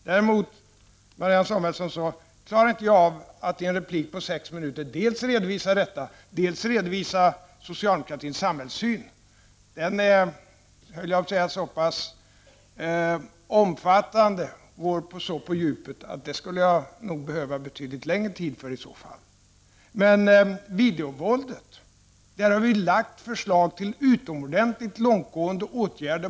Däremot, Marianne Samuelsson, klarar jag inte av att i ett inlägg på sex minuter dels redovisa dessa åtgärder, dels redovisa socialdemo kratins samhällssyn. Den är så pass omfattande och går så mycket på djupet att jag skulle behöva betydligt längre tid för att redovisa den. I fråga om videovåldet har vi bara för någon vecka sedan lagt fram förslag till utomordentligt långtgående åtgärder.